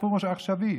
סיפור עכשווי,